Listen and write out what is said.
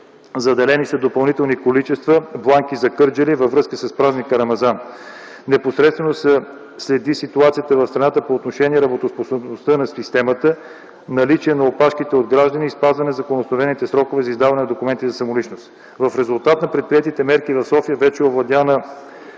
заделени са допълнителни количества бланки за Кърджали във връзка с празника Рамазан. Непосредствено се следи ситуацията в страната по отношение на работоспособността на системата, наличие на опашките от граждани и спазване за законоопределените срокове за издаване на документите за самоличност. В резултат на предприетите мерки в София вече е овладяна